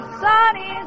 sunny